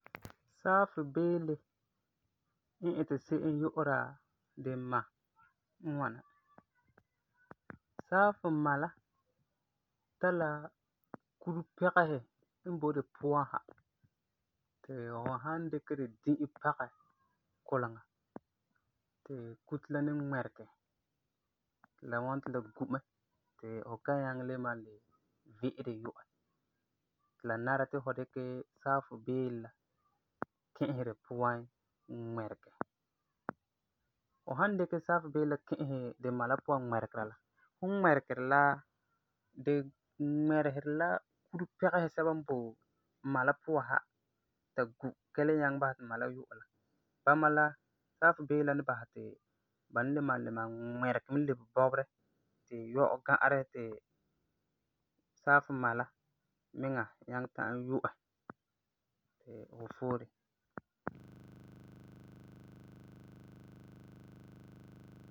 Saafi beele n it I se'em yu'ura di ma n ŋwana; saafi ma la tari la kure-pɛgesi n boi di puan sa, ti fu san dikɛ di di'e pagɛ kuleŋa, ti kuto la ni ŋmɛregɛ ti la ŋwɔna ti la gu mɛ ti fu kan nyaŋɛ le malum ve'e di yu'ɛ, ti la nara ti fu dikɛ saafi beele la ki'isɛ di puan, ŋmɛregɛ. Fu san dikɛ saafi beele la ki'isɛ di ma puan ŋmɛregɛ, fum ŋmɛregeri la di ŋmɛregeri la kure-pɛgesi sɛba n boi ma la puan sa, ta gu ka le nyaŋɛ basɛ ti ma la yu'ɛ, bala la saafi beele la ni basɛ ti ba ba ni le malum le ŋmɛregɛ mɛ lebe bɔberɛ, ti yɔ'ɔ ga'arɛ ti saafi ma la miŋa ta'am yu'ɛ ti fu for di.